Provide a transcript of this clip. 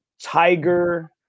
Tiger